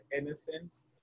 innocence